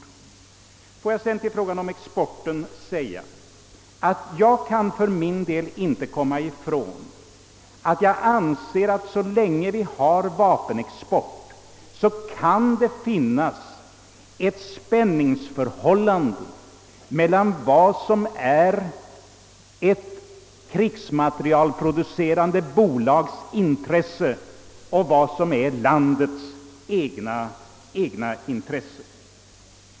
Låt mig sedan i fråga om exporten framhålla, att jag för min del inte kan komma ifrån att det så länge vi har en vapenexport kan föreligga ett spänningsförhållande mellan ett krigsmaterielproducerande bolags intresse och landets eget intresse.